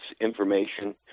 information